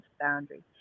boundary